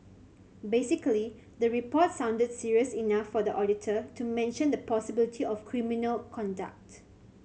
basically the report sounded serious enough for the auditor to mention the possibility of criminal conduct